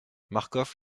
marcof